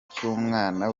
cy’umwana